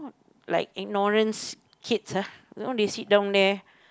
like ignorance kids ah you know they sit down there